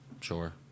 Sure